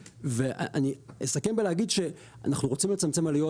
ואני אסתכן בלהגיד שאנחנו רוצים לצמצם עלויות